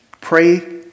Pray